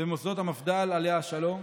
במוסדות המפד"ל, עליה השלום.